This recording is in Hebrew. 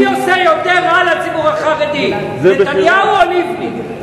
מי עושה יותר רע לציבור החרדי, נתניהו או לבני?